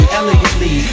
elegantly